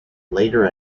later